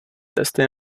testy